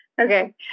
Okay